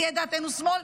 תהיה דעתנו שמאל,